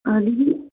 दीदी